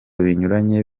binyuranye